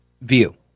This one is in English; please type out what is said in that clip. View